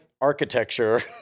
architecture